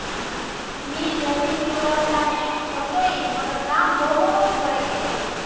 मी जमीन लोवर तने सोचौई मगर दाम बहुत बरेगये